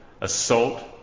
assault